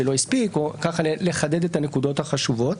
שלא הספיק לחדד את הנקודות החשובות.